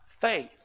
faith